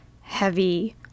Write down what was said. heavy